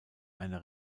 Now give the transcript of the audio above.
einer